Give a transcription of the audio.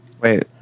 Wait